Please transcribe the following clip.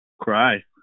cry